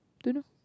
don't know